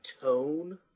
tone